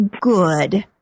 Good